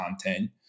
content